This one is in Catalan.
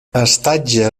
estatge